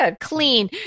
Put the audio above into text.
clean